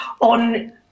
on